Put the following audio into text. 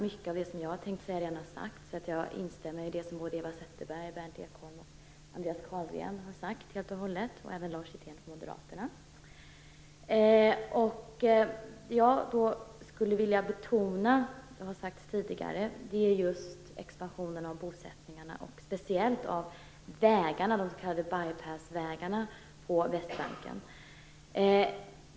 Mycket av det som jag hade tänkt säga har redan sagts, så jag instämmer med det som Eva Zetterberg, Berndt Ekholm, Andreas Carlgren och Lars Hjertén har sagt. Det jag skulle vilja betona, även om det har sagts tidigare, är just expansionen av bosättningarna och speciellt av de s.k. bye pass-vägarna på Västbanken.